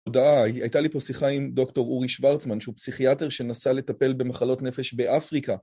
תודה, הייתה לי פה שיחה עם דוקטור אורי שוורצמן שהוא פסיכיאטר שנסע לטפל במחלות נפש באפריקה.